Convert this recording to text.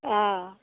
অ